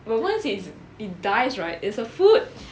no once it's it dies right it's a food